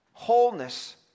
Wholeness